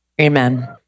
Amen